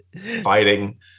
fighting